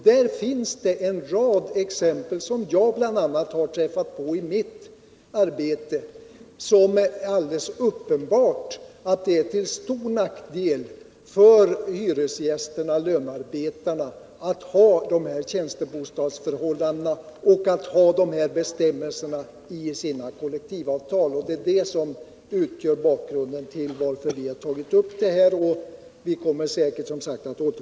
Det finns en rad exempel, som jag bl.a. har träffat på i mitt arbete, där det alldeles uppenbart är till stor nackdel för hyresgästerna/ lönearbetarna att ha dessa tjänstebostadsförhållanden och att ha bestämmelserna i sina kollektivavtal. Detta är bakgrunden till att vi tagit upp denna fråga, och vi kommer säkert åter.